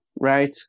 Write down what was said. right